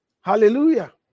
Hallelujah